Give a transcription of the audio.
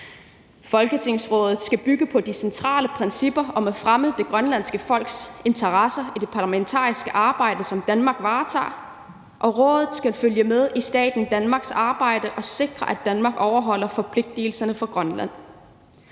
Folketingsrådet skal bygge på de centrale principper om at fremme det grønlandske folks interesser i det parlamentariske arbejde, som Danmark varetager, og rådet skal følge med i staten Danmarks arbejde og sikre, at Danmark overholder forpligtelserne over for Grønland.